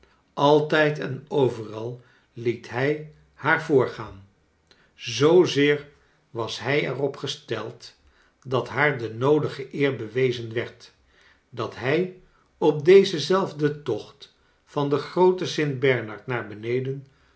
altijd en overal liet hij haar voorgaan zoo zeer was hij er op gesteld dat haar de noodige eer bewezen werd dat hij op dezen zelfden tocht van den grooten sint bernard naar beneden